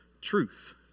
truth